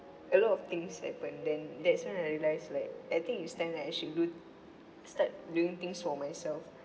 a lot of things happen then that's when I realised like I think it's time that I should do start doing things for myself